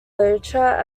literature